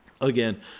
again